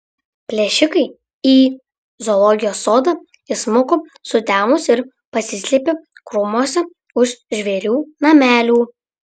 plėšikai į zoologijos sodą įsmuko sutemus ir pasislėpė krūmuose už žvėrių namelių